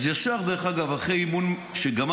אז ישר, דרך אגב, אחרי אימון שגמרתי,